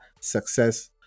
success